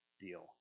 deal